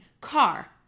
car